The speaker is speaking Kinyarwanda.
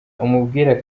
umubwire